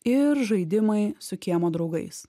ir žaidimai su kiemo draugais